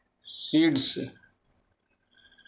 seeds